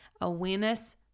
Awareness